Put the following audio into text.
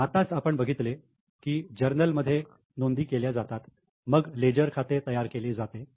आत्ताच आपण बघितले की जर्नल मध्ये नोंदी केल्या जातात मग लेजर खाते तयार केले जाते